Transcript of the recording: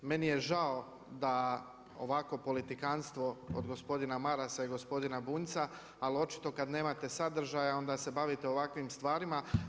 Meni je žao da ovakvo politikantstvo od gospodina Marasa i gospodina Bunjca, ali očito kad nemate sadržaja onda se bavite ovakvim stvarima.